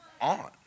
on